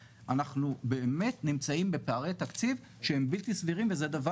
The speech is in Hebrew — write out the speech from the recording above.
פה אנחנו הולכים לפי סטנדרטים בין-לאומיים לניהול